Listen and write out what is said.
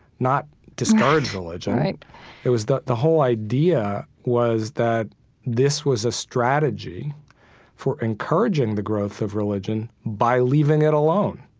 not discourage religion right it was the the whole idea was that this was a strategy for encouraging the growth of religion by leaving it alone.